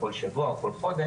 כל שבוע או כל חודש,